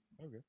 Okay